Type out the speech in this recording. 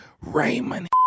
Raymond